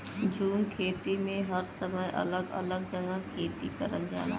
झूम खेती में हर समय अलग अलग जगह खेती करल जाला